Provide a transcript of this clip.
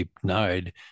denied